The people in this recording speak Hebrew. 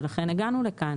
ולכן הגענו לכאן,